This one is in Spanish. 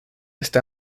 está